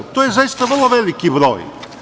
To je zaista vrlo veliki broj.